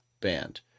band